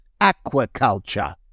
aquaculture